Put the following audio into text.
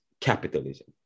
capitalism